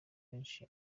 kenshi